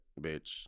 bitch